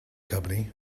company